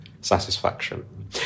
satisfaction